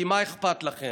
כי מה אכפת לכם.